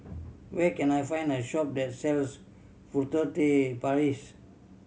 where can I find a shop that sells Furtere Paris